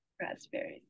Raspberries